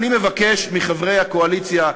אני מבקש מחברי הקואליציה,